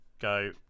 go